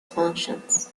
functions